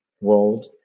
world